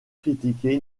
critiqué